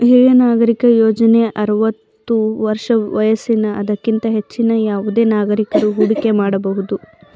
ಹಿರಿಯ ನಾಗರಿಕ ಯೋಜ್ನ ಆರವತ್ತು ವರ್ಷ ವಯಸ್ಸಿನ ಅದಕ್ಕಿಂತ ಹೆಚ್ಚಿನ ಯಾವುದೆ ನಾಗರಿಕಕರು ಹೂಡಿಕೆ ಮಾಡಬಹುದು